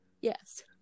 yes